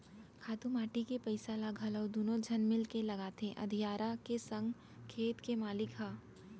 खातू माटी के पइसा ल घलौ दुनों झन मिलके लगाथें अधियारा के संग खेत के मालिक ह